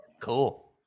Cool